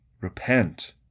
Repent